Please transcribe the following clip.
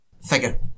figure